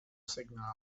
signal